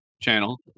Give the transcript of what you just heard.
channel